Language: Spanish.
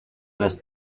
las